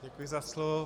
Děkuji za slovo.